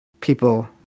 people